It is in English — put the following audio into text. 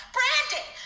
Brandon